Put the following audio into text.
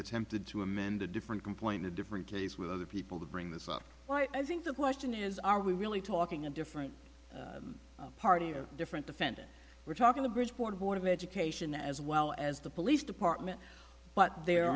attempted to amend a different complaint a different case with other people to bring this up so i think the question is are we really talking a different party or a different defendant we're talking to bridgeport board of education as well as the police department but they